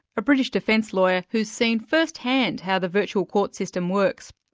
a british defence lawyer who's seen first-hand how the virtual court system works.